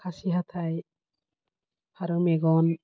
खासि हाथाइ फारौ मेगन